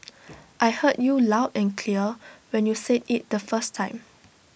I heard you loud and clear when you said IT the first time